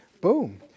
boom